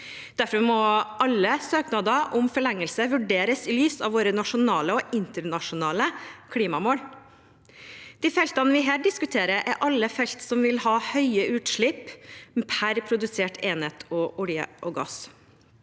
Derfor må alle søknader om forlengelse vurderes i lys av våre nasjonale og internasjonale klimamål. De feltene vi her diskuterer, er alle felt som vil ha høye utslipp per produsert enhet olje og gass.